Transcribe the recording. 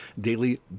daily